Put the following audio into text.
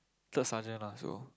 third sergeant ah so